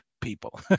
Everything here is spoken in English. people